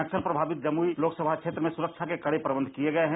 नक्सल प्रभावित जमुई लोकसभा क्षेत्र में सुरक्षा के कड़े इंतजाम किए गए हैं